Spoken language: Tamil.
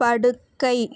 படுக்கை